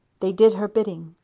they did her bidding,